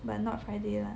but not Friday lah